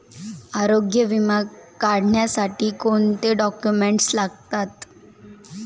आरोग्य विमा काढण्यासाठी कोणते डॉक्युमेंट्स लागतात?